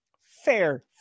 fair